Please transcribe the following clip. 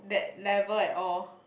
never at all